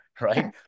right